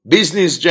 Business